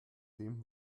dem